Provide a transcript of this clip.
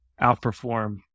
outperform